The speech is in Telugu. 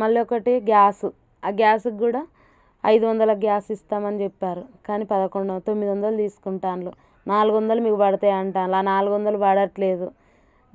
మళ్ళొకటి గ్యాసు ఆ గ్యాసుక్కూడా ఐదు వందలకు గ్యాస్ ఇస్తామని చెప్పారు కానీ పదకొండు తొమ్మిదొందలు తీసుకుంటాంలు నాలుగొందలు మీకు పడతాయి అంట ఆ నాలుగొందలు పడట్లేదు